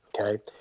okay